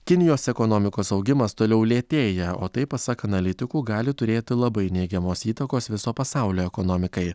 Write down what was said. kinijos ekonomikos augimas toliau lėtėja o tai pasak analitikų gali turėti labai neigiamos įtakos viso pasaulio ekonomikai